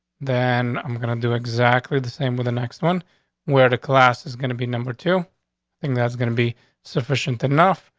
then i'm gonna do exactly the same with the next one where the class is gonna be number two thing that's gonna be sufficient enough.